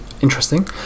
interesting